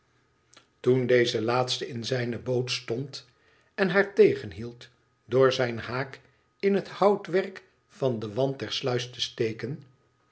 toen deze laatste in zijne boot stond en haar tegenhield door zijn haak in het houtwerk van den wand der sluis te steken